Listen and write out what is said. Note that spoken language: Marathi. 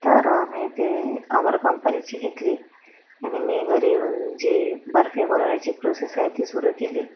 तर मी ते अमर कंपनीची घेतली आणि मी घरी येऊन जी बर्फी बनवण्याची प्रोसेस आहे ती सुरू केली